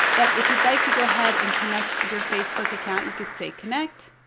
but if you'd like to go ahead and connect your facebook account, you could say connect.